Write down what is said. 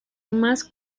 más